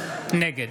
נגד